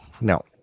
no